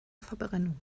verbrennung